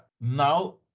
now